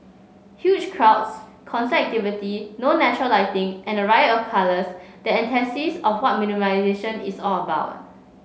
huge crowds constant activity no natural lighting and a riot of colours the antithesis of what minimisation is all about